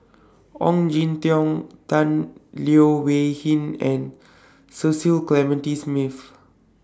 Ong Jin Teong Tan Leo Wee Hin and Cecil Clementi Smith